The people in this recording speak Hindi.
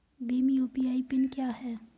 भीम यू.पी.आई पिन क्या है?